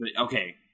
Okay